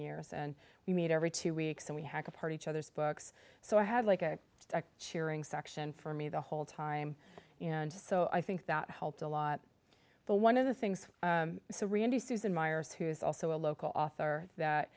years and we meet every two weeks and we have heard each other's books so i had like a cheering section for me the whole time and so i think that helped a lot but one of the things so randy susan myers who's also a local author that